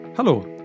Hallo